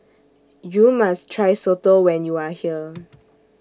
YOU must Try Soto when YOU Are here